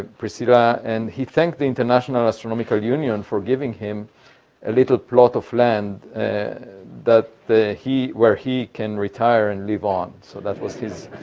priscilla, and he thanked the international astronomical union for giving him a little plot of land that he, where he can retire and live on so that was his